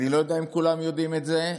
אני לא יודע אם כולם יודעים את זה,